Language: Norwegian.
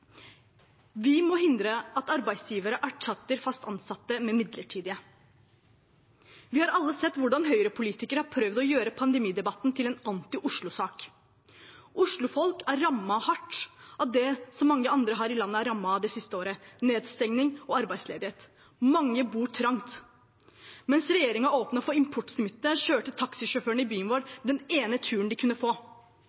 Vi må hindre at arbeidsgivere erstatter fast ansatte med midlertidige. Vi har alle sett hvordan høyrepolitikere har prøvd å gjøre pandemidebatten til en anti-Oslo-sak. Oslo-folk er rammet hardt av det som mange andre her i landet er rammet av det siste året – nedstenging og arbeidsledighet. Mange bor trangt. Mens regjeringen åpnet for importsmitte, kjørte taxisjåførene i byen vår